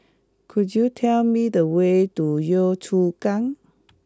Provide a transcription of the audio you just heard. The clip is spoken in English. could you tell me the way to Yio Chu Kang